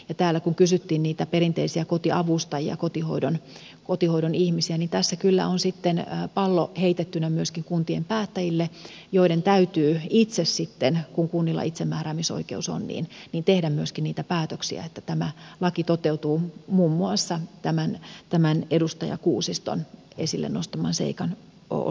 kun täällä kysyttiin niitä perinteisiä kotiavustajia kotihoidon ihmisiä niin tässä kyllä on sitten pallo heitettynä myöskin kuntien päättäjille joiden täytyy itse kun kunnilla itsemääräämisoikeus on tehdä myöskin niitä päätöksiä jotta tämä laki toteutuu muun muassa tämän edustaja kuusiston esille nostaman seikan osalta